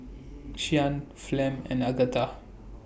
Shyann Flem and Agatha